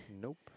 Nope